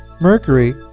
Mercury